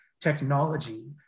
Technology